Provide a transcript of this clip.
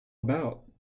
about